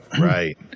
right